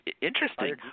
Interesting